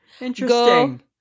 Interesting